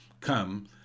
come